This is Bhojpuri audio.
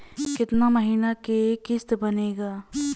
कितना महीना के किस्त बनेगा?